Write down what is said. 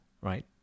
right